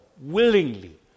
willingly